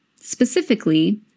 specifically